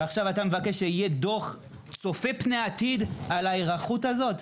ועכשיו אתה מבקש שיהיה דוח צופה פני עתיד על ההיערכות הזאת?